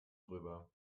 drüber